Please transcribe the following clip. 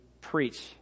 preach